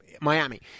Miami